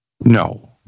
No